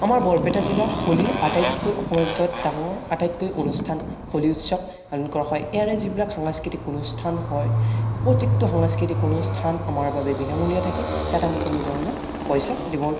আমাৰ বৰপেটা জিলাৰ হোলি আটাইতকৈ অসমৰ ভিতৰত ডাঙৰ আটাইতকৈ অনুষ্ঠান হোলি উৎসৱ পালন কৰা হয় ইয়াৰে যিবিলাক সাংস্কৃতিক অনুষ্ঠান হয় প্ৰত্যেকটো সাংস্কৃতিক অনুষ্ঠান আমাৰ বাবে বিনামূলীয়া থাকে তাত আমি কোনো ধৰণৰ পইচা দিব